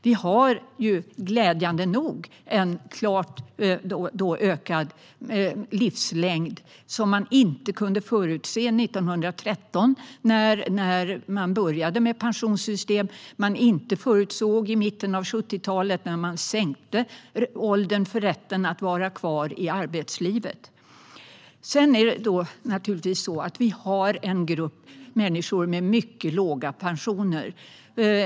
Vi har glädjande nog en klart ökat livslängd, vilket man inte kunde förutse 1913 när man började med pensionssystem och inte heller förutsåg i mitten av 70talet när man sänkte åldern för rätten att vara kvar i arbetslivet. Vi har en grupp människor med mycket låga pensioner.